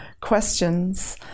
questions